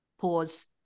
Pause